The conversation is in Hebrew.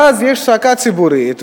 ואז יש צעקה ציבורית,